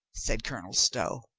said colonel stow.